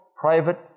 private